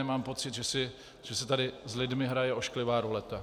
Mám pocit, že se tady s lidmi hraje ošklivá ruleta.